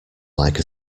like